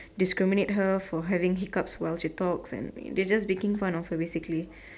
discriminate her for having hiccups while she talks and they are just making fun of her basically